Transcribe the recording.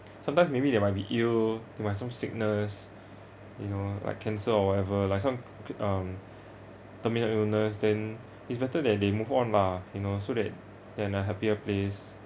sometimes maybe they might be ill they might have some sickness you know like cancer or whatever like some k~ um terminal illness then it's better that they move on lah you know so that they're in a happier place